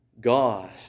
God